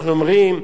אנחנו אומרים: